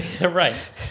Right